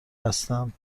هستن